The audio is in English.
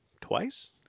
twice